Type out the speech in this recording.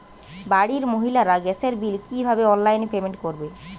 বাড়ির মহিলারা গ্যাসের বিল কি ভাবে অনলাইন পেমেন্ট করবে?